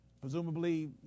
Presumably